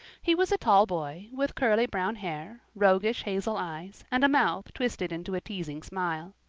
he was a tall boy, with curly brown hair, roguish hazel eyes, and a mouth twisted into a teasing smile.